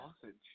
sausage